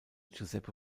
giuseppe